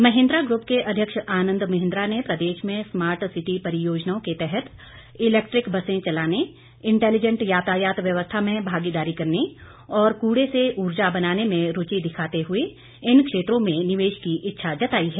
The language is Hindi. महिंद्रा ग्रुप के अध्यक्ष आनंद महिंद्रा ने प्रदेश में स्मार्ट सीटी परियोजनाओं के तहत इलैक्ट्रिक बसे चलाने इंटैलिजेंट यातायात व्यवस्था में भागिदारी करने और कूड़े से ऊर्जा बनाने में रूचि दिखाते हुए इन क्षेत्रों में निवेश की ईच्छा जताई है